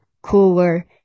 cooler